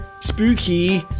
spooky